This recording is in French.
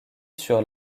sur